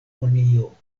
unio